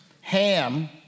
ham